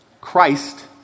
Christ